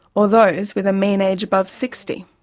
or those with a mean age about sixty.